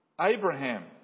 Abraham